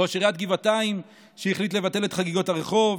ראש עיריית גבעתיים החליט לבטל את חגיגות הרחוב,